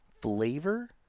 flavor